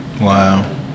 Wow